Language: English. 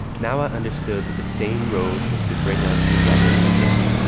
now, i understood that the same road was to bring us together again.